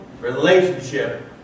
relationship